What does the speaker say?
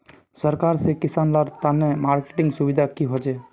सरकार से किसान लार तने मार्केटिंग सुविधा की होचे?